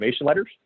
letters